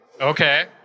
Okay